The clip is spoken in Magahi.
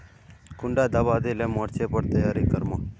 कुंडा दाबा दिले मोर्चे पर तैयारी कर मो?